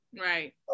Right